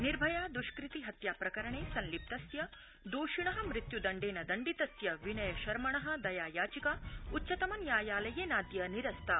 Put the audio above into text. निर्भया दृष्कृति हत्याप्रकरणे संलिप्तस्य दोषिण मृत्युदण्डेन दण्डितस्य विनयशर्मण दया याचिका उच्चतमन्यायालयेनाद्य निरस्ता